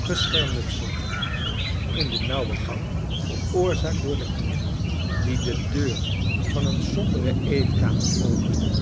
geschermutsel in de nauwe gang veroorzaakt door den knecht die de deur van een sombere eetkamer opende